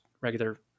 regular